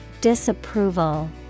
Disapproval